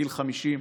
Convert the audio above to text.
בגיל 50,